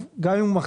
גם אם,